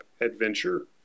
adventure